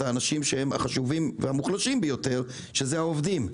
האנשים שהם החשובים והמוחלשים ביותר שאלה הם העובדים.